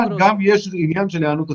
אבל גם יש עניין של היענות הציבור.